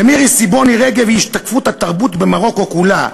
ומירי סיבוני רגב היא השתקפות התרבות במרוקו כולה"